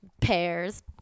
pairs